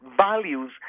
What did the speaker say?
values